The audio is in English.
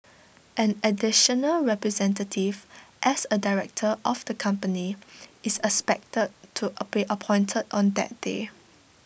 an additional representative as A director of the company is expected to be appointed on that day